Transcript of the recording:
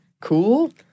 cool